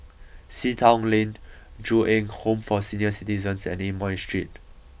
Sea Town Lane Ju Eng Home for senior citizens and Amoy Street